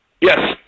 Yes